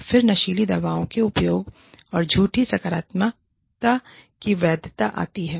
फिर नशीली दवाओं के उपयोग और झूठी सकारात्मकता की वैधता आती है